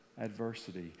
adversity